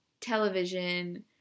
television